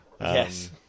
Yes